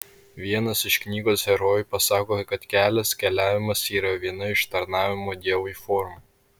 vienas iš knygos herojų pasako kad kelias keliavimas yra viena iš tarnavimo dievui formų